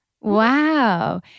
wow